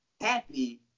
happy